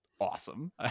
awesome